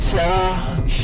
talk